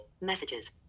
messages